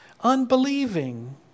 unbelieving